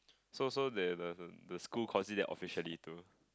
so so the the the school consider that officially too